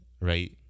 right